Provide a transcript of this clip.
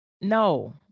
no